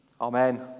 Amen